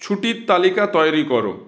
ছুটির তালিকা তৈরি করো